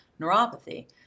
neuropathy